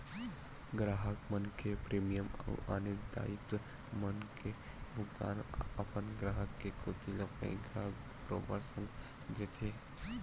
गराहक मन के प्रीमियम अउ आने दायित्व मन के भुगतान अपन ग्राहक के कोती ले बेंक ह बरोबर संग देथे